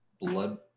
blood